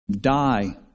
die